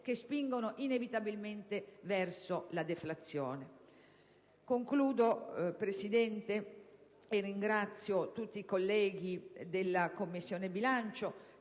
che spingono inevitabilmente verso la deflazione. Signor Presidente, ringrazio tutti i colleghi della Commissione bilancio